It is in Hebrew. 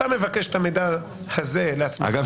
אתה מבקש את המידע הזה לעצמך --- אגב,